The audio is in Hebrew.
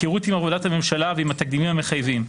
היכרות עם עבודת הממשלה ועם התקדימים המחייבים,